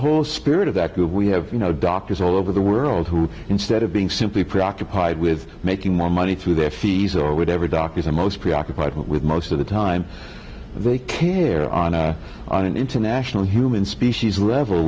the spirit of that group we have you know doctors all over the world who instead of being simply preoccupied with making more money through their fees or whatever doctors are most preoccupied with most of the time they care on an international human species reve